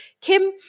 Kim